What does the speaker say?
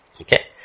Okay